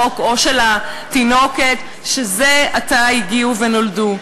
או של התינוקת שזה עתה הגיעו ונולדו.